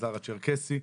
המגזר הצ'רקסי,